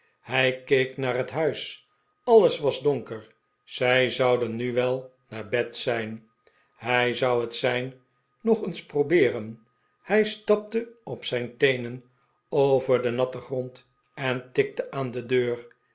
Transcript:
hij keek naar het huis alles was donker zij zouden nu wel naar bed zijn hij zou het sein nog eens probeeren hij stapte op zijn teenen over den natten grond en tikte aan de deur